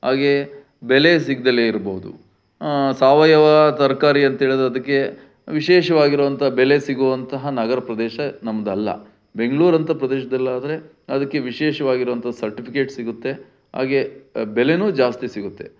ಹಾಗೇ ಬೆಲೆ ಸಿಗ್ದೆಲೇ ಇರಬಹ್ದು ಸಾವಯವ ತರಕಾರಿ ಅಂತೇಳಿದ್ರೆ ಅದಕ್ಕೆ ವಿಶೇಷವಾಗಿರುವಂಥ ಬೆಲೆ ಸಿಗುವಂತಹ ನಗರ ಪ್ರದೇಶ ನಮ್ಮದಲ್ಲ ಬೆಂಗಳೂರಂಥ ಪ್ರದೇಶದಲ್ಲಾದ್ರೆ ಅದಕ್ಕೆ ವಿಶೇಷವಾಗಿರುವಂಥ ಸರ್ಟಿಫಿಕೇಟ್ ಸಿಗುತ್ತೆ ಹಾಗೇ ಬೆಲೆನೂ ಜಾಸ್ತಿ ಸಿಗುತ್ತೆ